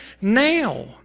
now